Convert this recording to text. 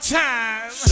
time